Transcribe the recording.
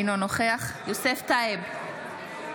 אינו נוכח יוסף טייב,